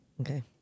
Okay